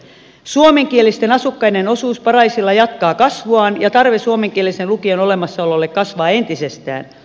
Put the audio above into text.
suomenkielisten asukkaiden osuus paraisilla jatkaa kasvuaan ja tarve suomenkielisen lukion olemassaololle kasvaa entisestään